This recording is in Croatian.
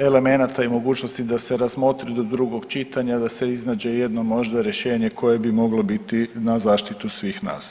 elemenata i mogućnosti da se razmotri do drugog čitanja, da se iznađe jedno možda rješenje koje bi moglo biti na zaštitu svih nas.